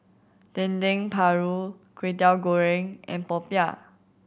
Dendeng Paru Kwetiau Goreng and popiah